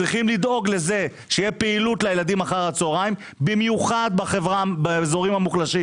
יש לדאוג לכך שתהיה פעילות לילדים אחר הצהריים במיוחד באזורים המוחלשים